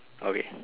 okay